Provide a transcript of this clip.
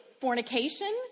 fornication